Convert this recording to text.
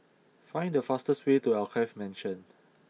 find the fastest way to Alkaff Mansion